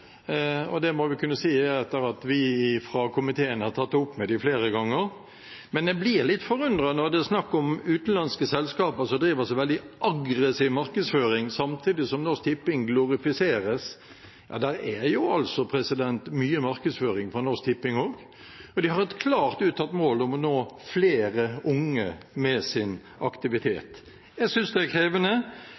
og det må vi kunne si at er etter at vi fra komiteen har tatt det opp med dem flere ganger. Men jeg blir litt forundret når det er snakk om utenlandske selskaper som driver så veldig aggressiv markedsføring, samtidig som Norsk Tipping glorifiseres. Det er jo mye markedsføring fra Norsk Tipping òg, og de har et klart uttalt mål om å nå flere unge med sin aktivitet. Jeg synes det er krevende,